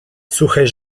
suche